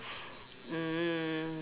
mm